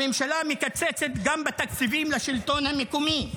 הממשלה מקצצת גם בתקציבים לשלטון המקומי,